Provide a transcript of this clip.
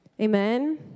Amen